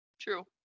true